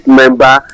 member